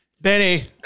Benny